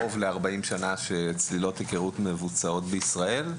קרוב ל-40 שנה שצלילות היכרות מבוצעות בישראל.